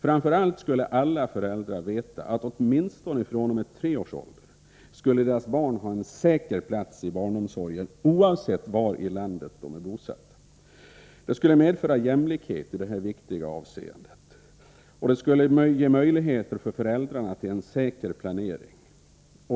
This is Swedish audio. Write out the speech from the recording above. Framför allt skulle alla föräldrar veta att åtminstone fr.o.m. tre års ålder skulle deras barn ha en säker plats i barnomsorgen, oavsett var i landet de är bosatta. Det skulle medföra jämlikhet i detta viktiga avseende, och det skulle ge möjligheter för föräldrarna till en säker planering.